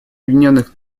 объединенных